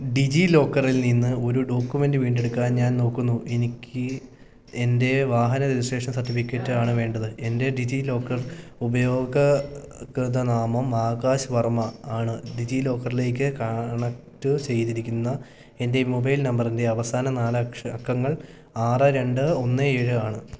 ഡിജിലോക്കറിൽ നിന്ന് ഒരു ഡോക്കുമെൻറ്റ് വീണ്ടെടുക്കാൻ ഞാൻ നോക്കുന്നു എനിക്ക് എൻ്റെ വാഹന രജിസ്ട്രേഷൻ സർട്ടിഫിക്കറ്റ് ആണ് വേണ്ടത് എൻ്റെ ഡിജിലോക്കർ ഉപയോഗക്ത നാമം ആകാശ് വർമ്മ ആണ് ഡിജിലോക്കറിലേക്ക് കണക്റ്റ് ചെയ്തിരിക്കുന്ന എൻ്റെ മൊബൈൽ നമ്പറിൻ്റെ അവസാന നാൽ അക്കങ്ങൾ ആറ് രണ്ട് ഒന്ന് ഏഴ് ആണ്